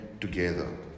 together